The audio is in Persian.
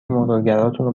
مرورگراتونو